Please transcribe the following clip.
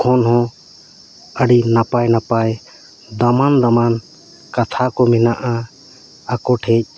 ᱠᱷᱚᱱ ᱦᱚᱸ ᱟᱹᱰᱤ ᱱᱟᱯᱟᱭ ᱱᱟᱯᱟᱭ ᱫᱟᱢᱟᱱ ᱫᱟᱢᱟᱱ ᱠᱟᱛᱷᱟ ᱠᱚ ᱢᱮᱱᱟᱜᱼᱟ ᱟᱠᱚᱴᱷᱮᱱ